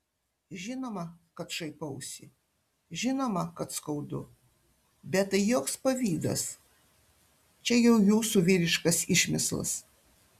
žinoma kad šaipausi žinoma kad skaudu bet tai joks pavydas čia jau jūsų vyriškas išmislas